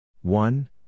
One